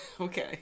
Okay